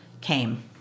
came